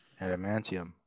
Adamantium